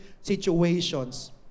situations